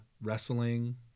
wrestling